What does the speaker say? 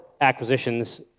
acquisitions